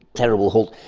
terrible halt,